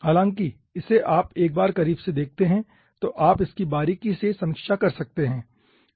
हालाँकि इसे आप एक बार करीब से देखते है तो आप इसकी बारीकी से समीक्षा कर सकते है